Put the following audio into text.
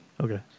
okay